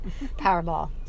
Powerball